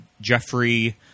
Jeffrey